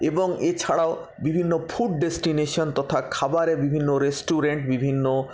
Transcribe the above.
এবং এছাড়াও বিভিন্ন ফুড ডেস্টিনেশন তথা খাবারের বিভিন্ন রেস্টুরেন্ট বিভিন্ন